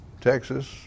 Texas